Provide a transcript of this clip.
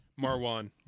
Marwan